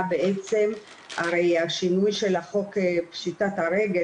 הרי השינוי של חוק פשיטת הרגל